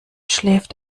schläft